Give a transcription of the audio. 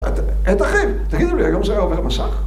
את אחים, תגידו לי, היום זה היה עובר מסך?